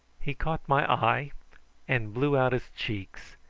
he caught my eye and blew out his cheeks,